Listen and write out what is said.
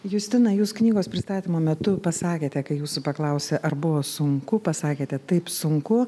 justina jūs knygos pristatymo metu pasakėte kai jūsų paklausė ar buvo sunku pasakėte taip sunku